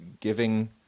giving